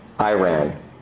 Iran